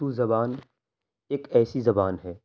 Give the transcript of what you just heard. اردو زبان ایک ایسی زبان ہے